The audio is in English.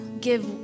give